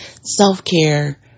self-care